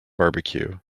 barbecue